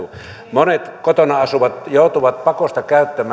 monet kotona asuvat joutuvat pakosta käyttämään enemmän